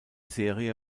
serie